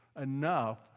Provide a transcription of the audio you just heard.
enough